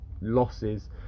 losses